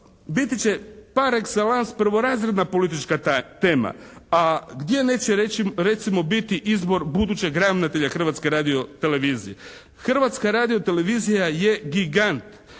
biti će «par exelance» prvorazredna politička tema. A gdje neće recimo biti izvor budućeg ravnatelja Hrvatske radiotelevizije? Hrvatska radiotelevizija je gigant.